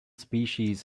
species